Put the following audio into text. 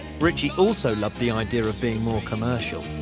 ritchie also loved the idea of being more commercial.